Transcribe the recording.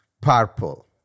Purple